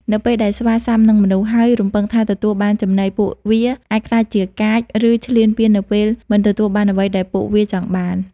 នៅពេលដែលស្វាស៊ាំនឹងមនុស្ស ហើយរំពឹងថាទទួលបានចំណី ពួកវាអាចក្លាយជាកាច ឬឈ្លានពាននៅពេលមិនទទួលបានអ្វីដែលពួកវាចង់បាន។